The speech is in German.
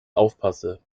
aufpasse